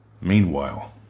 Meanwhile